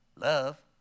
love